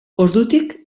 ordutik